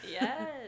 yes